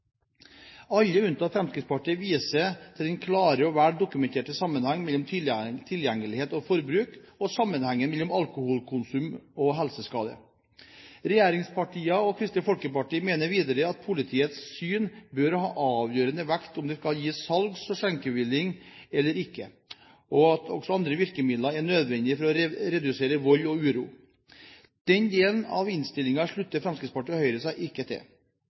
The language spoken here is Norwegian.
Alle unntatt medlemmene fra Fremskrittspartiet viser til den klare og vel dokumenterte sammenhengen mellom tilgjengelighet og forbruk, og sammenhengen mellom alkoholkonsum og helseskade. Regjeringspartiene og Kristelig Folkeparti mener videre at politiets syn bør ha avgjørende vekt når det gjelder om det skal gis salgs- og skjenkebevilling eller ikke, og at også andre virkemidler er nødvendige for å redusere vold og uro. Den delen av innstillingen slutter Fremskrittspartiet og Høyre seg ikke til.